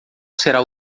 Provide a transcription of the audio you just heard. será